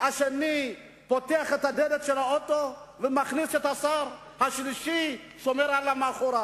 השני פותח את דלת האוטו ומכניס את השר והשלישי שומר עליו מאחורה.